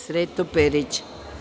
Srete Perića.